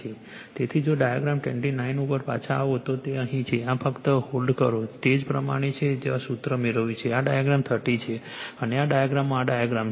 તેથી જો ડાયાગ્રામ 29 ઉપર પાછા આવો તો તે અહીં છે આ ફક્ત હોલ્ડ કરો તે જ ડાયાગ્રામ છે જ્યાં સૂત્ર મેળવ્યું છે આ ડાયાગ્રામ 30 છે અને આ ડાયાગ્રામમાં આ ડાયાગ્રામ છે